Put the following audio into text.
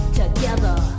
together